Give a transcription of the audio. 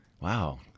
Wow